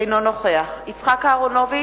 אינו נוכח יצחק אהרונוביץ,